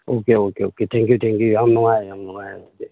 okay okay okay thank you thank you ꯌꯥꯝ ꯅꯨꯡꯉꯥꯏ ꯌꯥꯝ ꯅꯨꯡꯉꯥꯏ ꯑꯗꯨꯗꯤ